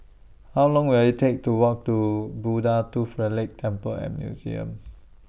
How Long Will IT Take to Walk to Buddha Tooth Relic Temple and Museum